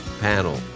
panel